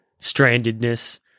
strandedness